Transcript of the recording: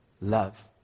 love